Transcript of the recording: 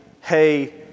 hey